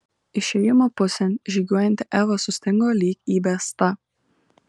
išėjimo pusėn žygiuojanti eva sustingo lyg įbesta